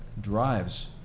drives